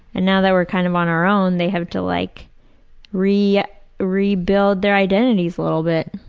and now that we're kind of on our own, they have to like rebuild rebuild their identities a little bit.